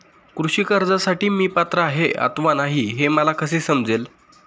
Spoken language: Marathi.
कृषी कर्जासाठी मी पात्र आहे अथवा नाही, हे मला कसे समजेल?